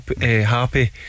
happy